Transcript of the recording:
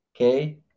Okay